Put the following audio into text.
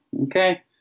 okay